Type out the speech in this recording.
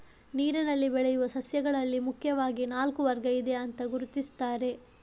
ನೀರಿನಲ್ಲಿ ಬೆಳೆಯುವ ಸಸ್ಯಗಳಲ್ಲಿ ಮುಖ್ಯವಾಗಿ ನಾಲ್ಕು ವರ್ಗ ಇದೆ ಅಂತ ಗುರುತಿಸ್ತಾರೆ